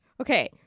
Okay